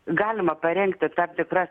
galima parengti tam tikras